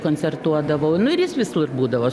koncertuodavau nu ir jis visur būdavo